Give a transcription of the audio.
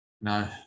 no